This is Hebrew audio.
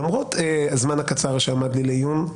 למרות הזמן הקצר שעמד לי לעיון,